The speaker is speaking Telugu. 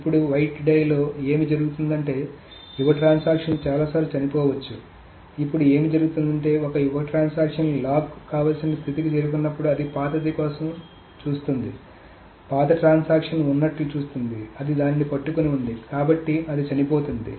ఇప్పుడు వెయిట్ డై లో ఏమి జరుగుతుందంటే యువ ట్రాన్సాక్షన్లు చాలాసార్లు చనిపోవచ్చు ఇప్పుడు ఏమి జరుగుతుందంటే ఒక యువ ట్రాన్సాక్షన్ లాక్ కావాల్సిన స్థితికి చేరుకున్నప్పుడు అది పాతది కోసం చూస్తుంది పాత ట్రాన్సాక్షన్ ఉన్నట్లు చూస్తుంది అది దానిని పట్టుకొని ఉంది కాబట్టి అది చనిపోతుంది